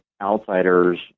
outsiders